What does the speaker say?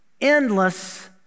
endless